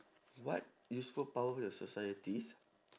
what useful power your societies